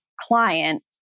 client